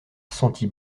sentit